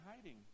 hiding